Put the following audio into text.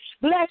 Bless